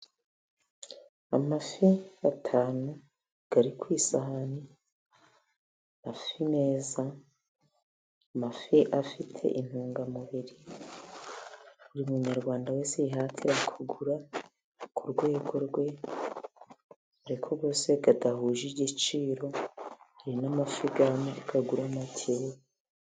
Amafi atanu ari ku isahani, amafi meza amafi afite intungamubiri, buri munyarwanda wese yihatira kugura ku rwego rwe, dore ko yose adahuje igiciro, hari n' amafi agura makeya.